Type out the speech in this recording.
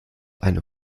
eine